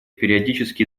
периодический